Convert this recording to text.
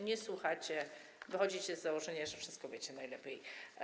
Nie słuchacie, wychodziliście z założenia, że wszystko wiecie najlepiej.